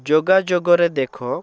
ଯୋଗାଯୋଗରେ ଦେଖ